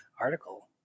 article